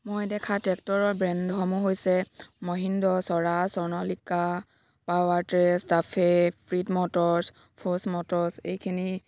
মই দেখা ট্ৰেক্টৰৰ ব্ৰেণ্ডসমূহ হৈছে মহিন্দ্ৰা স্বৰাজ স্বৰ্ণলিকা পাৱাৰ ট্ৰেচ টাফেট ফীড মটৰ্ছ ফ'ৰ্ছ মটৰ্ছ এইখিনি